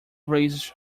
raised